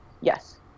yes